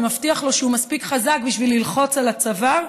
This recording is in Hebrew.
ומבטיח לו שהוא מספיק חזק בשביל ללחוץ על הצוואר,